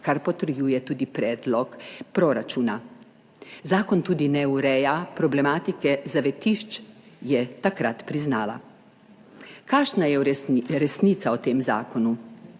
kar potrjuje tudi predlog proračuna. Zakon tudi ne ureja problematike zavetišč, je takrat priznala. Kakšna je resnica o tem zakonu?